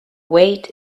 weight